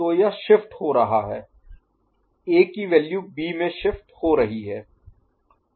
तो यह शिफ्ट हो रहा है A की वैल्यू B में शिफ्ट हो रही है